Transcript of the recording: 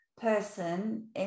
person